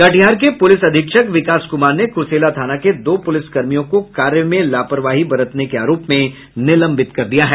कटिहार के पुलिस अधीक्षक विकास कुमार ने कुर्सेला थाना के दो पुलिस कर्मियों को कार्य में लापरवाही बरतने के आरोप में निलंबित कर दिया है